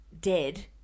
dead